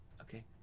Okay